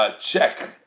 check